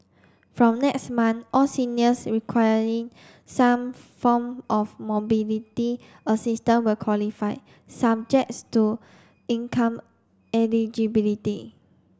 from next month all seniors requiring some form of mobility assistance will qualify subjects to income eligibility